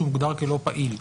כשהוא מוגדר כלא פעיל,